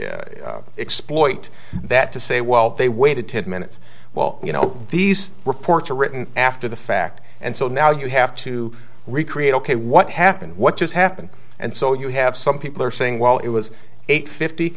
x exploit that to say well they waited ten minutes well you know these reports are written after the fact and so now you have to recreate ok what happened what just happened and so you have some people are saying well it was eight fifty